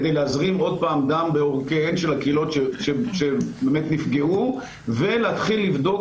כדי להזרים עוד פעם דם בעורקיהן של הקהילות שבאמת נפגעו ולהתחיל לבדוק